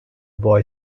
boy